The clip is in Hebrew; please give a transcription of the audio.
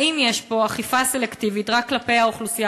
האם יש פה אכיפה סלקטיבית רק כלפי האוכלוסייה